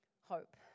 Hope